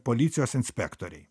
policijos inspektoriai